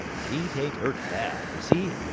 pete ain't hurt bad, is he?